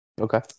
Okay